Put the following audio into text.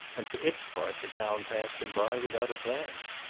and for its part the town passed him by without a glance.